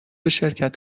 شرکت